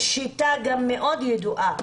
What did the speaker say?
יש גם שיטה מאוד ידועה: